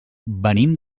venim